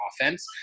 offense